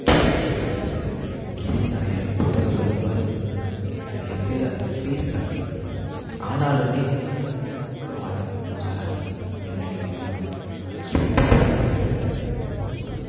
தூண்டுகோலும் இருக்குது எழுதி நிறையா புத்தகங்களும் வருது நிறையா பேர் அதை பேசுகிறாங்க ஆனாலுமே மதம் ஜாதி பெண்ணடிமைத்தனம் இப்போக்கூட மணிப்பூரில் ஒரு